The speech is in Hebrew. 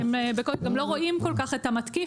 הם לא רואים כל כך את המתקיף.